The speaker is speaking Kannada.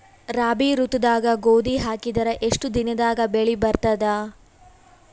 ರಾಬಿ ಋತುದಾಗ ಗೋಧಿ ಹಾಕಿದರ ಎಷ್ಟ ದಿನದಾಗ ಬೆಳಿ ಬರತದ?